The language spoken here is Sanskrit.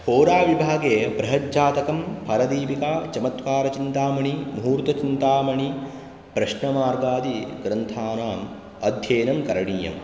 होराविभागे बृहज्जातकं हरदीपिका चमत्कारचिन्तामणि मुहूर्तचिन्तामणि प्रश्नमार्गादिग्रन्थानाम् अध्ययनं करणीयं